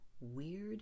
Weird